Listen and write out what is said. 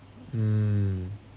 mm